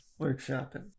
Workshopping